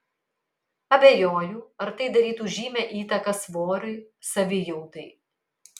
abejoju ar tai darytų žymią įtaką svoriui savijautai